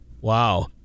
Wow